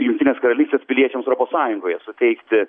jungtinės karalystės piliečiams europos sąjungoje suteikti